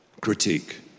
critique